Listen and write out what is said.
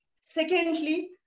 Secondly